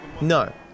No